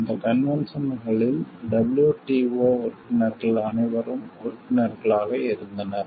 அந்த கன்வென்ஷன்களில் WTO உறுப்பினர்கள் அனைவரும் உறுப்பினர்களாக இருந்தனர்